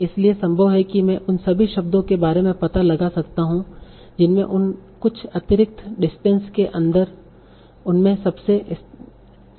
इसलिए संभव है कि मैं उन सभी शब्दों के बारे में पता लगा सकता हूं जिनमें उन कुछ अतिरिक्त डिस्टेंस के अन्दर उनमें सबसे स्लाइटली कैंडिडेट हैं